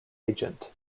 agent